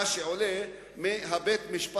מה שעולה מבית-המשפט,